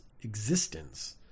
existence